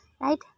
right